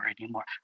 anymore